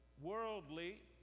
worldly